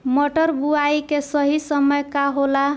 मटर बुआई के सही समय का होला?